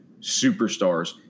superstars